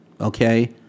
Okay